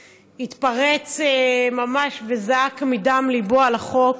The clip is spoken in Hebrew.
התפרץ ממש וזעק מדם ליבו על החוק,